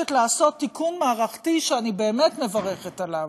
שמבקשת לעשות תיקון מערכתי שאני באמת מברכת עליו.